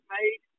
made